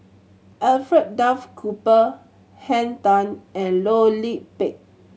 Alfred Duff Cooper Henn Tan and Loh Lik Peng